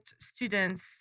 students